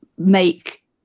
make